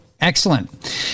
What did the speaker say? Excellent